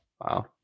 Wow